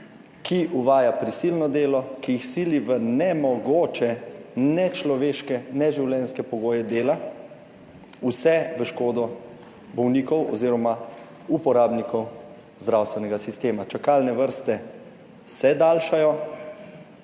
ki uvaja prisilno delo, ki jih sili v nemogoče, nečloveške, neživljenjske pogoje dela, vse v škodo bolnikov oziroma uporabnikov zdravstvenega sistema. Čakalne vrste se daljšajo